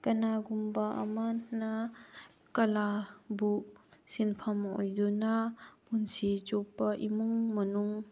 ꯀꯅꯥꯒꯨꯝꯕ ꯑꯃꯅ ꯀꯂꯥꯕꯨ ꯁꯤꯟꯐꯝ ꯑꯣꯏꯗꯨꯅ ꯄꯨꯟꯁꯤ ꯆꯨꯞꯄ ꯏꯃꯨꯡ ꯃꯅꯨꯡ